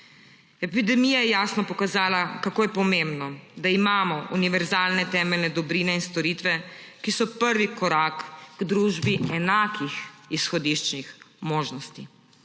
Epidemija je jasno pokazala, kako je pomembno, da imamo univerzalne temeljne dobrine in storitve, ki so prvi korak k družbi enakih izhodiščnih možnosti.